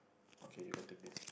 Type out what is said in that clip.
okay you going to take thi